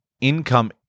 income